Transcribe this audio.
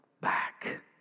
back